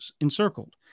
encircled